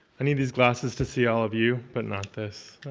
i need these glasses to see all of you, but not this.